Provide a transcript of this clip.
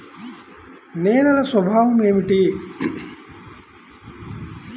నేలల స్వభావం ఏమిటీ?